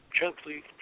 gently